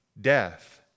death